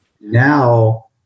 Now